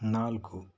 ನಾಲ್ಕು